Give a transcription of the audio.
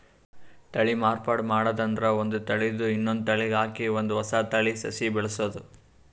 ತಳಿ ಮಾರ್ಪಾಡ್ ಮಾಡದ್ ಅಂದ್ರ ಒಂದ್ ತಳಿದ್ ಇನ್ನೊಂದ್ ತಳಿಗ್ ಹಾಕಿ ಒಂದ್ ಹೊಸ ತಳಿ ಸಸಿ ಬೆಳಸದು